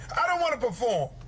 i don't wanna perform.